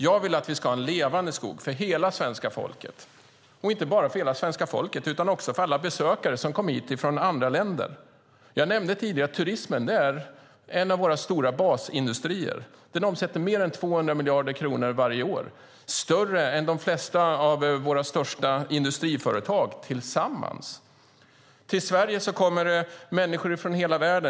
Jag vill att vi ska ha en levande skog för hela svenska folket, och inte bara för hela svenska folket utan också för alla besökare som kommer hit från andra länder. Jag nämnde turismen tidigare. Det är en av våra stora basindustrier. Den omsätter mer än 200 miljarder kronor varje år. Den är större än de flesta av våra största industriföretag tillsammans. Till Sverige kommer människor från hela världen.